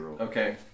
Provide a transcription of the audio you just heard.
Okay